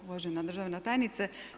Uvažena državna tajnice.